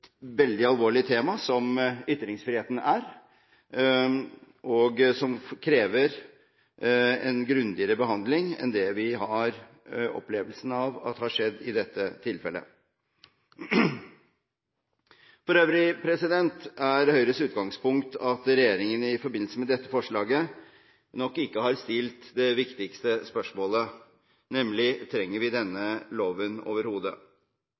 veldig alvorlige temaet som ytringsfriheten er. Det krever en grundigere behandling enn det vi har opplevd at det har blitt gjort i dette tilfellet. For øvrig er Høyres utgangspunkt at regjeringen i forbindelse med dette forslaget nok ikke har stilt det viktigste spørsmålet: Trenger vi denne loven overhodet?